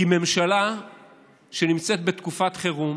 כי ממשלה שנמצאת בתקופת חירום